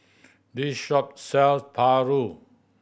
this shop sells paru